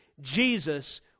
Jesus